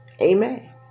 amen